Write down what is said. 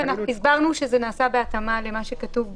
הסברנו שזה נעשה בהתאמה למה שכתוב בחוק,